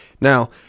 Now